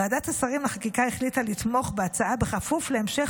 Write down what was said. ועדת השרים לחקיקה החליטה לתמוך בהצעה בכפוף להמשך